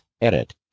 Edit